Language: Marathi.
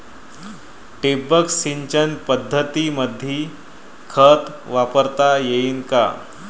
ठिबक सिंचन पद्धतीमंदी खत वापरता येईन का?